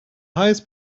highest